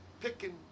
picking